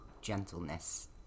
gentleness